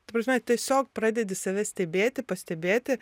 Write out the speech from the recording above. ta prasme tiesiog pradedi save stebėti pastebėti